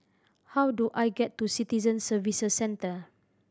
how do I get to Citizen Services Centre